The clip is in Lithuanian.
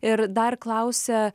ir dar klausia